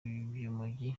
by’umujyi